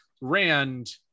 Rand